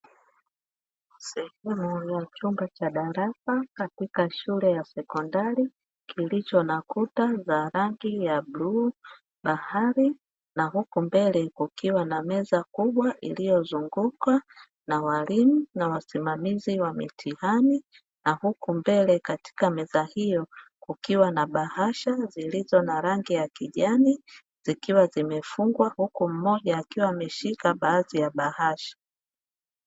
chumba cha darasa katika shule ya sekondari, ndicho nakuta zana za Bluu bahari na huko mbele wakiwa na meza kubwa iliyozunguka na walimu na wasimamizi wa mitihani na huku mbele katika meza hiyo wakiwa na bahasha zilizo na rangi ya kijani, zikiwa zimefungwa huku mmoja akiwa ameshika baadhi ya bahasha.